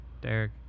Derek